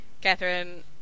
Catherine